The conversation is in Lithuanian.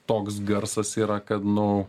toks garsas yra kad nu